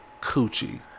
coochie